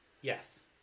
Yes